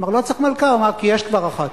הוא אמר: לא צריך מלכה, כי יש כבר אחת.